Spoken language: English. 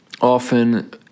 often